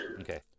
Okay